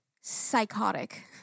psychotic